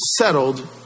settled